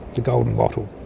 the golden wattle.